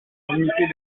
limiter